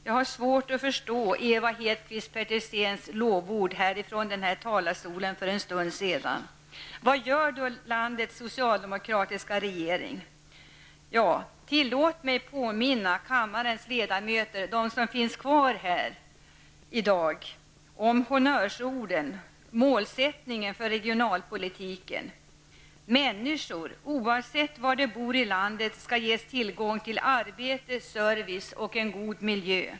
Jag har svårt att förstå Eva Hedkvist Petersens lovord från denna talarstol för en stund sedan. Vad gör då landets socialdemokratiska regering? Tillåt mig påminna de av kammarens ledamöter som nu i kväll finns kvar i kammaren om honnörsorden -- målsättningen för regionalpolitiken: Människor, oavsett var de bor i landet, skall ges tillgång till arbete, service och en god miljö.